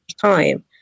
time